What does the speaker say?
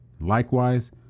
Likewise